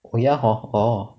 oh ya hor orh